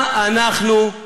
מה אנחנו,